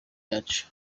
yacu